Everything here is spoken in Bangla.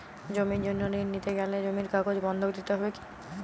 জমির জন্য ঋন নিতে গেলে জমির কাগজ বন্ধক দিতে হবে কি?